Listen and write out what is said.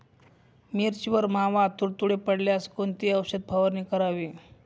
मिरचीवर मावा, तुडतुडे पडल्यास कोणती औषध फवारणी करावी?